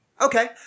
Okay